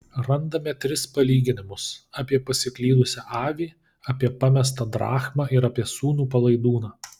randame tris palyginimus apie pasiklydusią avį apie pamestą drachmą ir apie sūnų palaidūną